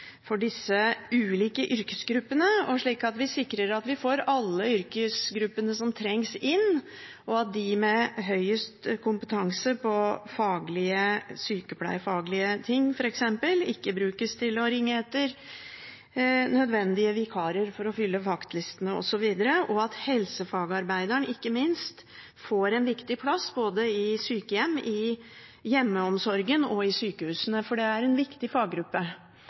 for disse ulike yrkesgruppene, slik at vi sikrer at vi får alle yrkesgruppene som trengs, inn, at de med høyest kompetanse på sykepleierfaglige ting f.eks. ikke brukes til å ringe etter nødvendige vikarer for å fylle vaktlistene, osv., og at helsefagarbeideren ikke minst får en viktig plass både i sykehjem, i hjemmeomsorgen og i sykehusene, for det er en viktig faggruppe.